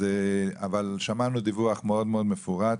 אבל שמענו דיווח מאוד-מאוד מפורט,